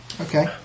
Okay